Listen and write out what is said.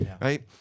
Right